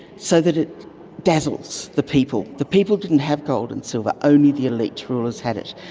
so that it dazzles the people. the people didn't have gold and silver, only the elite rulers had it.